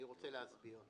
אני רוצה להסביר.